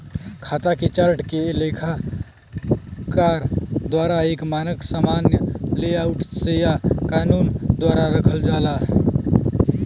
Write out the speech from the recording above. खाता के चार्ट के लेखाकार द्वारा एक मानक सामान्य लेआउट से या कानून द्वारा रखल जाला